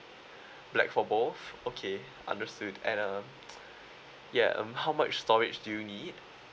black for both okay understood and um ya um how much storage do you need